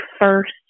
first